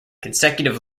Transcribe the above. consecutive